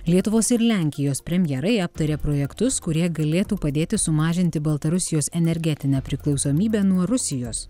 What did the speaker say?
lietuvos ir lenkijos premjerai aptarė projektus kurie galėtų padėti sumažinti baltarusijos energetinę priklausomybę nuo rusijos